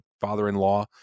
father-in-law